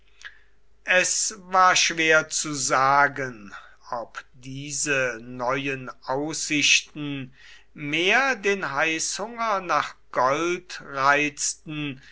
es war schwer zu sagen ob diese neuen aussichten mehr den heißhunger nach gold reizten